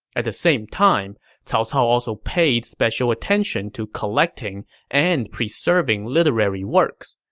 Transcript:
at the same time, cao cao also paid special attention to collecting and preserving literary works.